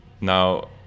Now